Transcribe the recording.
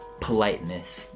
Politeness